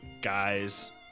guys